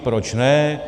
Proč ne.